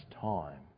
time